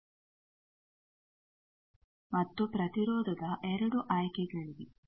ಮತ್ತು ಪ್ರತಿರೋಧದ 2 ಆಯ್ಕೆಗಳಿವೆ